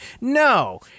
No